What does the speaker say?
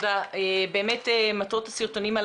באמת יש פה הרבה מאוד גורמים.